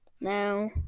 Now